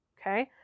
Okay